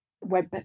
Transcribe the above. web